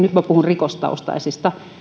nyt minä puhun rikostaustaisista